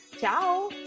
ciao